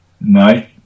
No